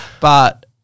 But-